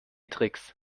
tricks